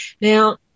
Now